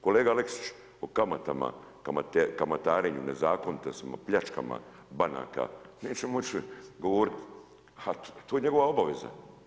Kolega Aleksić o kamatama, kamatarenju, nezakonitostima, pljačkama bankama neće moći govoriti, a to je njegova obaveza.